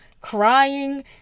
crying